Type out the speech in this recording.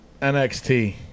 NXT